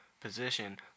position